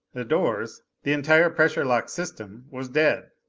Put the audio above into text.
the doors, the entire pressure lock system, was dead.